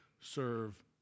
serve